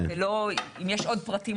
אם יש עוד פרטים,